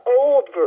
old